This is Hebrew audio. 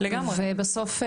ובסוף,